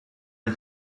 the